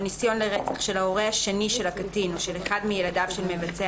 ניסיון לרצח של ההורה השני של הקטין של אחד מילדיו של מבצע